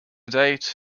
date